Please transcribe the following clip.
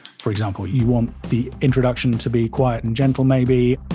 for example. you want the introduction to be quiet and gentle, maybe,